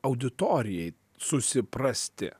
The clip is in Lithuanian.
auditorijai susiprasti